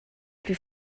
plus